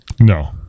No